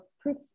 proof